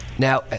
Now